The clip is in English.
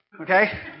okay